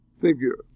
figure